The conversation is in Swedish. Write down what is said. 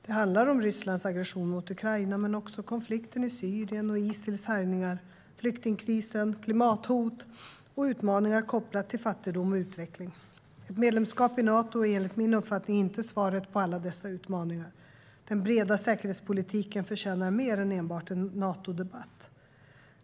Det handlar om Rysslands aggression mot Ukraina men också om konflikten i Syrien, Isils härjningar, flyktingkrisen, klimathotet och utmaningar kopplat till fattigdom och utveckling. Ett medlemskap i Nato är enligt min uppfattning inte svaret på alla dessa utmaningar. Den breda säkerhetspolitiken förtjänar mer än enbart en Natodebatt.